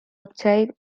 octave